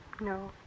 No